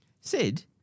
Sid